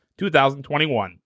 2021